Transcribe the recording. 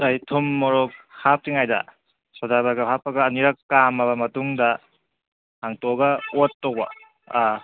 ꯀꯔꯤ ꯊꯨꯝ ꯃꯣꯔꯣꯛ ꯍꯥꯞꯇ꯭ꯔꯤꯉꯩꯗ ꯁꯣꯗꯥ ꯕꯥꯏꯒꯞ ꯍꯥꯞꯄꯒ ꯑꯅꯤꯔꯛ ꯀꯥꯝꯃꯕ ꯃꯇꯨꯡꯗ ꯍꯥꯡꯗꯣꯛꯑꯒ ꯑꯣꯠꯇꯧꯕ ꯑꯥ